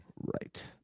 Right